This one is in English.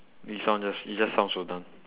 you sound just you just sound so done